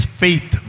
faith